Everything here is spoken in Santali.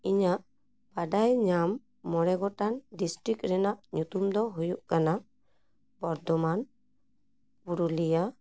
ᱤᱧᱟᱜ ᱵᱟᱰᱟᱭ ᱧᱟᱢ ᱢᱚᱬᱮ ᱜᱚᱴᱟᱝ ᱰᱤᱥᱴᱤᱠ ᱨᱮᱱᱟᱜ ᱧᱩᱛᱩᱢ ᱫᱚ ᱦᱩᱭᱩᱜ ᱠᱟᱱᱟ ᱵᱚᱨᱫᱷᱚᱢᱟᱱ ᱯᱩᱨᱩᱞᱤᱭᱟ